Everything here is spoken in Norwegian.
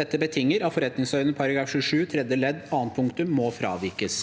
Dette betinger at forretningsordenen § 27 tredje ledd annet punktum må fravikes.